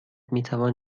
میتوان